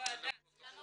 הוא